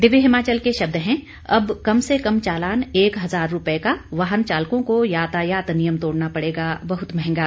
दिव्य हिमाचल के शब्द हैं अब कम से कम चालान एक हजार रुपये का वाहन चालकों को यातायात नियम तोड़ना पड़ेगा बहुत महंगा